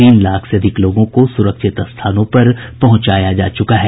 तीन लाख से अधिक लोगों को सुरक्षित स्थानों पर पहुंचाया जा चुका है